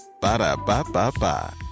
Ba-da-ba-ba-ba